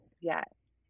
Yes